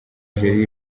nigeria